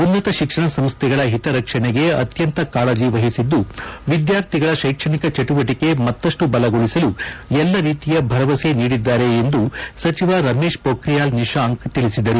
ಉನ್ನತ ಶಿಕ್ಷಣ ಸಂಸ್ಥೆಗಳ ಒತ ರಕ್ಷಣೆಗೆ ಅತ್ಯಂತ ಕಾಳಜ ಮಹಿದ್ದು ವಿದ್ಯಾರ್ಥಿಗಳ ಶೈಕ್ಷಣಿಕ ಚಟುವಟಿಕ ಮತ್ತಷ್ಟು ಬಲಗೊಳಿಸಲು ಎಲ್ಲಾ ರೀತಿಯ ಭರವಸೆ ನೀಡಿದ್ದಾರೆ ಎಂದು ಸಚಿವ ರಮೇಶ್ ಮೊಖಿಯಾಲ್ ನಿಶಾಂಕ್ ತಿಳಿಸಿದರು